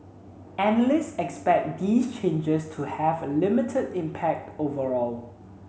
analysts expect these changes to have a limited impact overall